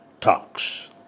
talks